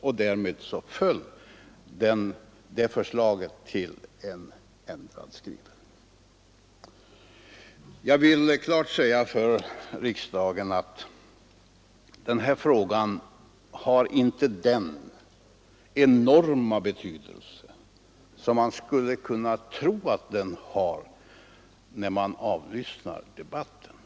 Därmed föll förslaget till en ändrad skrivning. Jag vill klart säga till riksdagen, att den här frågan inte har den enorma betydelse som man skulle kunna tro att den har när man avlyssnar debatten här.